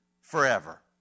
forever